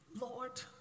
Lord